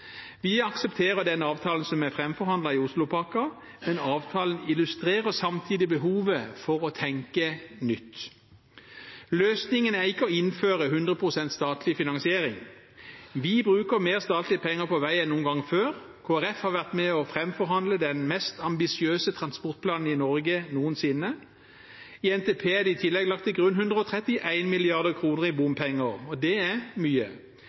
Vi aksepterer avtalen som er framforhandlet i Oslopakken, men avtalen illustrerer samtidig behovet for å tenke nytt. Løsningen er ikke å innføre 100 pst. statlig finansiering. Vi bruker mer statlige penger på vei enn noen gang før. Kristelig Folkeparti har vært med på å framforhandle den mest ambisiøse transportplanen i Norge noensinne. I NTP er det i tillegg lagt til grunn 131 mrd. kr i bompenger, og det er mye.